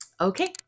Okay